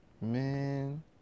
man